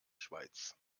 schweiz